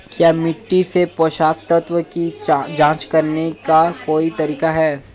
क्या मिट्टी से पोषक तत्व की जांच करने का कोई तरीका है?